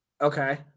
okay